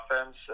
offense